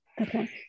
okay